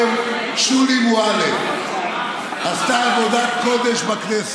באה ללמד אותנו איך פותרים בעיות של אנשים,